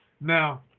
Now